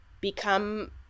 become